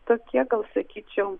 tokie gal sakyčiau